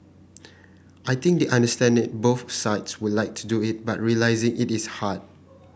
I think they understand it both sides would like to do it but realising it is hard